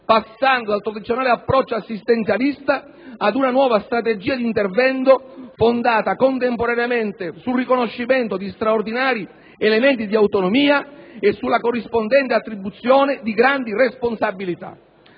passando dal tradizionale approccio assistenzialista ad una nuova strategia di intervento fondata contemporaneamente sul riconoscimento di straordinari elementi di autonomia e sulla corrispondente attribuzione di grandi responsabilità.